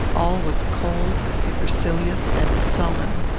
all was cold, supercilious, and sullen.